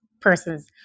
persons